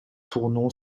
tournon